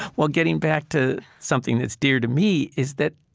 well, getting back to something that's dear to me is that,